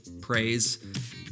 praise